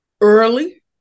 early